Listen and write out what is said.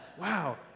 Wow